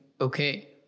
okay